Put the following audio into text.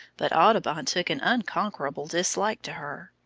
but audubon took an unconquerable dislike to her.